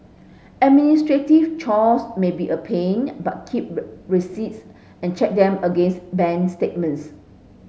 administrative chores may be a pain but keep receipts and check them against bank statements